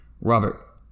Robert